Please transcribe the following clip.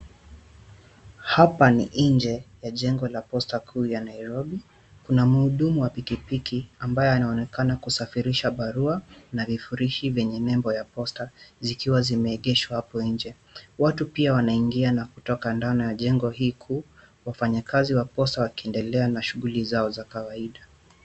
Hapa ni nje ya jengo la posta kuu ya Nairobi kuna mhudumu wa pikipiki ambaye anaonekana kusafirisha barua na vifurishi vyenye nebo ya posta zikiwa zimeengeshwa apo nje, watu pia wanaingia na kutoka ndani ya jengo hii kuu wafanyakazi wa posta wakiendelea na kazi yao ya kawaida.